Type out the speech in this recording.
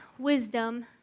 wisdom